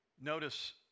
Notice